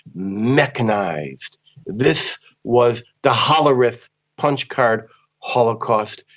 mechanised, this was the hollerith punch-card holocaust,